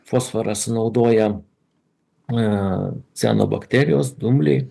fosforas naudoja ciano bakterijos dumbliai